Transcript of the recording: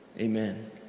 Amen